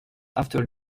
after